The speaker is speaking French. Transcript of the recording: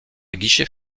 guichets